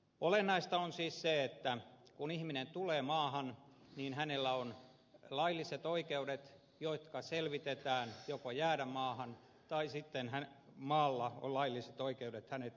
olennaista on siis se että kun ihminen tulee maahan niin joko hänellä on lailliset oikeudet jäädä maahan mikä selvitetään tai sitten maalla on lailliset oikeudet hänet käännyttää